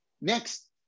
Next